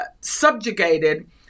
subjugated